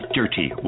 dirty